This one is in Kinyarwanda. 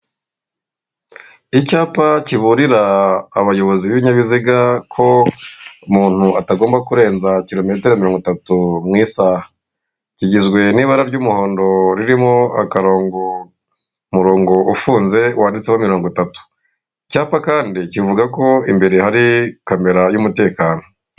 Icyapa kiburira abayobozi b'ibinyabiziga ko umuntu atagomba kurenza kirome mirongo itatu mu isaha kigizwe n'ira ry'umuhondo ririmo akarongo umurongo ufunze wanditseho mirongo itatu, icyapa kandi kivuga ko imbere hari kamera y'umutekano.